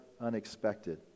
unexpected